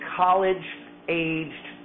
college-aged